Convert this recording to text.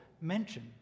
mention